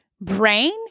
brain